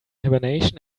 hibernation